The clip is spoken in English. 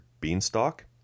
Beanstalk